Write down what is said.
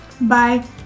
Bye